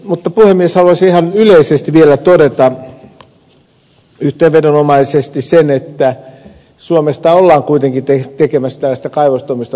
mutta puhemies haluaisin ihan yleisesti vielä todeta yhteenvedonomaisesti sen että suomesta ollaan kuitenkin tekemässä tällaista kaivostoiminnan eldoradoa